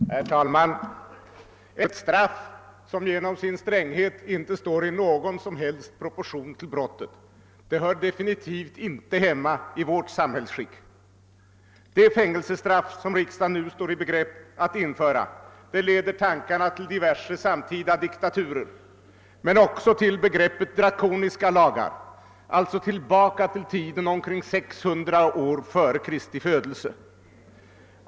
Herr talman! Ett straff som genom sin stränghet inte står i någon som helst proportion till brottet hör definitivt inte hemma i vårt samhällsskick. Det fängelsestraff som riksdagen nu står i begrepp att införa leder tankarna till diverse samtida diktaturer, men också till begreppet drakoniska lagar, alltså tillbaka till tiden omkring 600 år före Kristi födelse.